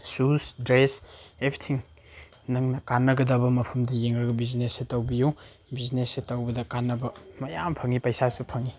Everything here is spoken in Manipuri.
ꯁꯨꯁ ꯗ꯭ꯔꯦꯁ ꯑꯦꯚ꯭ꯔꯤꯊꯤꯡ ꯅꯪꯅ ꯀꯥꯟꯅꯒꯗꯕ ꯃꯐꯝꯗ ꯌꯦꯡꯉꯒ ꯕꯤꯖꯤꯅꯦꯁꯁꯦ ꯇꯧꯕꯤꯌꯨ ꯕꯤꯖꯤꯅꯦꯁꯁꯦ ꯇꯧꯕꯗ ꯀꯥꯟꯅꯕ ꯃꯌꯥꯝ ꯐꯪꯏ ꯄꯩꯁꯥꯁꯨ ꯐꯪꯏ